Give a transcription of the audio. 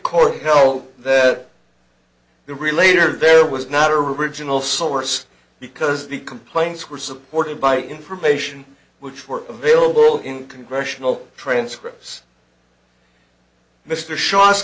held that the relator there was not original source because the complaints were supported by information which were available in congressional transcripts mr sh